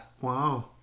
Wow